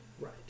Right